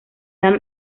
dam